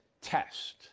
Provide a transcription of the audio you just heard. test